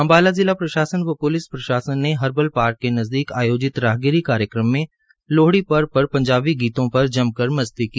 अम्बाला जिला प्रशासन व प्लिस प्रशासन ने हर्बल पार्क के जनदीक आयोजित राहगिरी कार्यक्रम में लोहड़ी पर्व पट पंजाबी गीतों पर जमकर मस्ती की